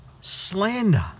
Slander